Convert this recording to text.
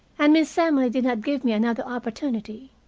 and miss emily did not give me another opportunity.